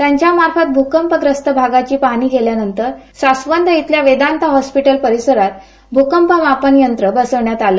त्यांच्यामार्फत भूकपप्रस्त भागाची पाहणी केल्यानंतर सासवंद इथल्या वेदांत हॉस्पिटल परिसरात भूकंप मापन यंत्र बसविण्यात आलं